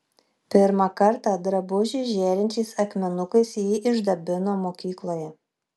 pirmą kartą drabužį žėrinčiais akmenukais ji išdabino mokykloje